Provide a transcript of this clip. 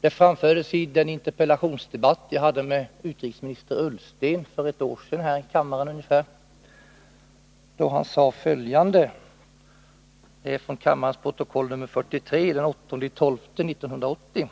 Detta framfördes i en interpellationsdebatt som jag hade med utrikesminister Ullsten för ungefär ett år sedan här i kammaren. Han sade följande, vilket jag citerar från kammarens protokoll nr 43 den 8 december 1980: